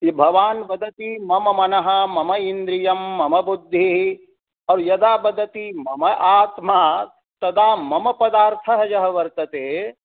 कि भवान् वदति मम मनः मम इन्द्रियं मम् बुद्धिः अ यदा वदति मम आत्मा तदा मम पदार्थः यः वर्तते